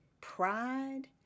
pride